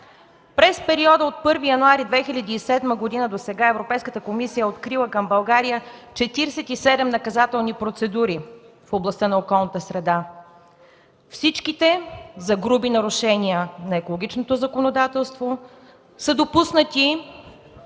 През периода от 1 януари 2007 г. досега Европейската комисия е открила към България 47 наказателни процедури в областта на околната среда. Всички те са допуснати заради груби нарушения на екологичното законодателство, стартирали